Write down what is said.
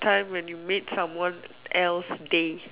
time when you made someone else day